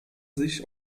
sich